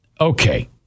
Okay